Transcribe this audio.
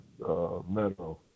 meadow